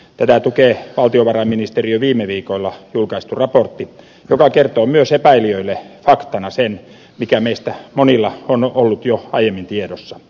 tätä tukee valtiovarainministeriön viime viikolla julkaistu raportti joka kertoo myös epäilijöille faktana sen mikä meistä monilla on ollut jo aiemmin tiedossa